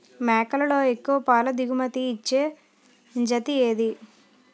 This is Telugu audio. మేకలలో ఎక్కువ పాల దిగుమతి ఇచ్చే జతి ఏది?